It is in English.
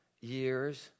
years